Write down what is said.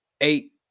eight